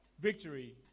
victory